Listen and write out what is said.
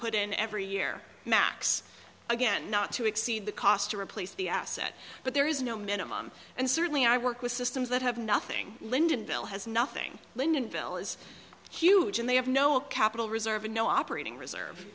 put in every year max again not to exceed the cost to replace the asset but there is no minimum and certainly i work with systems that have nothing linden bill has nothing lynn and bill is huge and they have no capital reserve and no operating reserve